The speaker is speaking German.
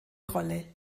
rolle